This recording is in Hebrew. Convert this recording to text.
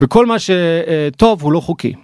וכל מה שטוב הוא לא חוקי.